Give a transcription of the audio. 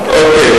הבריאות.